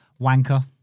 Wanker